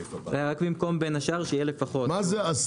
רק במקום בין השאר שיהיה לפחות, זה חשוב לנו.